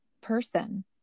person